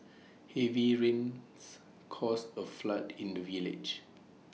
heavy rains caused A flood in the village